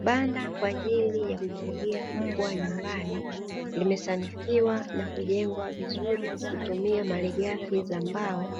Banda kwa ajili ya kufugia mbwa nyumbani limesanifiwa na kujengwa vizuri kwa kutumia marighafi za mbao